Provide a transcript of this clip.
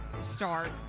start